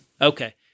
Okay